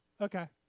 Okay